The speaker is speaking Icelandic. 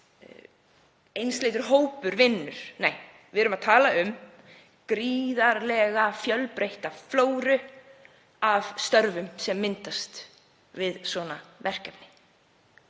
einsleitur hópur vinnur. Nei, við erum að tala um gríðarlega fjölbreytta flóru af störfum sem verða til við svona verkefni.